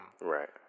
Right